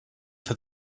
for